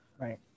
right